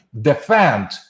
defend